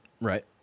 Right